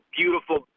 beautiful